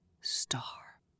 star